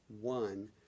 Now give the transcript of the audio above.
one